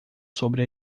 sobre